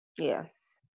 Yes